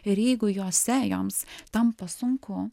ir jeigu jose joms tampa sunku